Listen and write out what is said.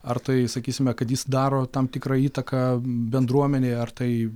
ar tai sakysime kad jis daro tam tikrą įtaką bendruomenei ar tai